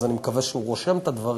אז אני מקווה שהוא רושם את הדברים: